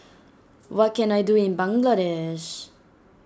what can I do in Bangladesh